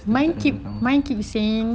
then tak datang-datang